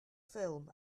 ffilm